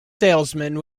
salesman